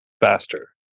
faster